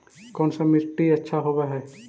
कोन सा मिट्टी अच्छा होबहय?